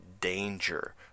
danger